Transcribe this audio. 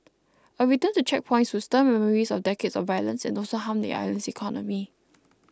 a return to checkpoints would stir memories of decades of violence and also harm the island's economy